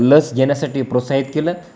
लस घेण्यासाठी प्रोत्साहित केलं